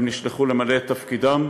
הם נשלחו למלא את תפקידם,